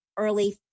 early